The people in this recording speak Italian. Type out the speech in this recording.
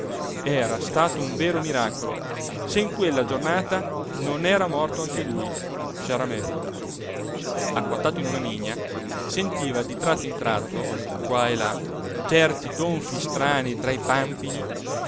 era stato un vero miracolo se in quella giornata non era morto anche lui sciaramè acquattato in una vigna sentiva di tratto in tratto qua e là certi tonfi strani tra i pampini